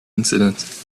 incidents